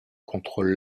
contrôle